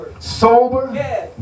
Sober